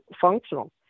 functional